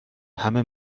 همه